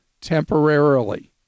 temporarily